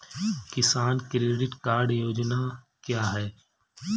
किसान credit card योजना क्या है?